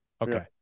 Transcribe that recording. Okay